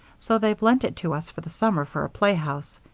so they've lent it to us for the summer for a playhouse.